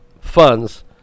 funds